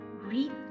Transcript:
Read